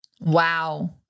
Wow